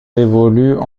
évoluent